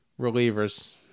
relievers